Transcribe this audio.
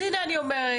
הנה אני אומרת,